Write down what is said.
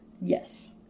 Yes